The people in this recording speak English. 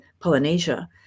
Polynesia